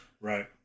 right